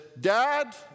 Dad